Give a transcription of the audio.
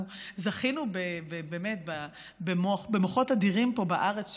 אנחנו זכינו באמת במוחות אדירים פה בארץ,